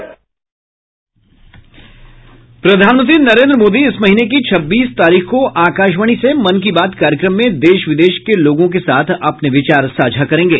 प्रधानमंत्री नरेन्द्र मोदी इस महीने की छब्बीस तारीख को आकाशवाणी से मन की बात कार्यक्रम में देश विदेश के लोगों के साथ अपने विचार साझा करेंगे